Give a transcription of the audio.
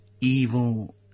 evil